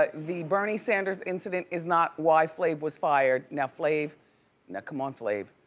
ah the bernie sanders incident is not why flav was fired. now flav, now come on flav.